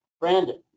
Brandon